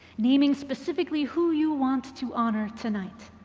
naming specifically who you want to honor tonight.